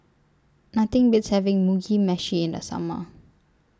Nothing Beats having Mugi Meshi in The Summer